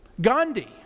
Gandhi